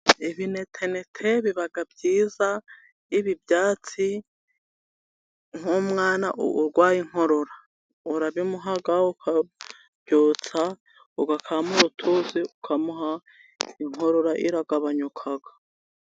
Ibitenetene biba byiza, ibi byatsi nk'umwana urwaye inkorora urabimuha ukabyotsa, ugakampa utuzi ukamuha inkorora iraragabanyuka.